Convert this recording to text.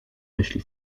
myśli